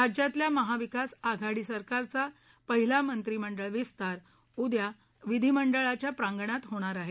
राज्यातल्या महाविकास आघाडी सरकारचा पहिला मंत्रिमंडळ विस्तार उद्या विधिमंडळाच्या प्रागंणात होणार आहे